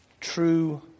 true